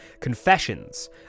confessions